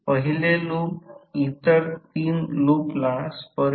0 typical मूल्य 1